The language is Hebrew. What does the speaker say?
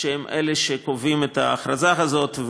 שהן אלה שקובעות את ההכרזה הזאת,